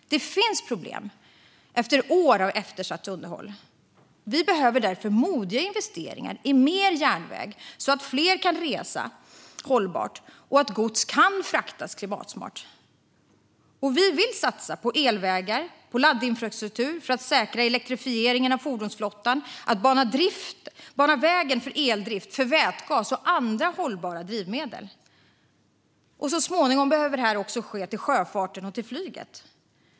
Det finns problem efter år av eftersatt underhåll. Vi behöver därför modiga investeringar i mer järnväg så att fler kan resa hållbart och så att gods kan fraktas klimatsmart. Vi vill satsa på elvägar och laddinfrastruktur för att säkra elektrifieringen av fordonsflottan och bana vägen för eldrift, vätgas och andra hållbara drivmedel. Så småningom behöver detta också ske när det gäller sjöfarten och flyget.